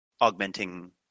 augmenting